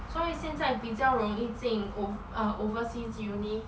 所以现在比较容易进 ov~ uh overseas uni